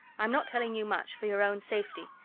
i'm not telling you much, for your own safety.